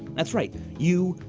that's right, you,